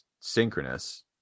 synchronous